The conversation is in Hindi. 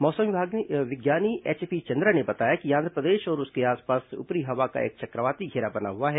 मौसम विज्ञानी एचपी चंद्रा ने बताया कि आंध्रप्रदेश और उसके आसपास ऊपरी हवा का एक चक्रवाती घेरा बना हुआ है